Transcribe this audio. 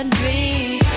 dreams